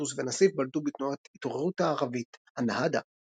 בוטרוס ונאסיף בלטו בתנועת התעוררות הערבית – הנהדה.